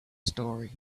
story